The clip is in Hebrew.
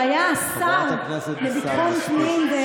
שהיה השר לביטחון פנים, רצית לעשות שיימינג.